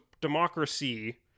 democracy